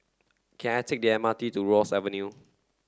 can I take the M R T to Ross Avenue